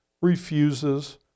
refuses